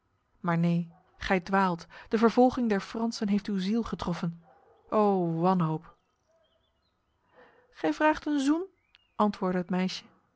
maar neen gij dwaalt de vervolging der fransen heeft uw ziel getroffen o wanhoop gij vraagt een zoen antwoordde het meisje